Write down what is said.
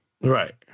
Right